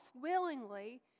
willingly